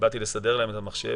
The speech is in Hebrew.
כשבאתי לסדר להם את המחשב,